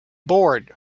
board